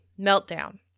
Meltdown